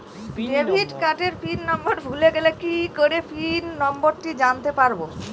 Debit কার্ডের pin number ভুলে গেলে কি করে পিন নম্বরটি জানতে পারবো?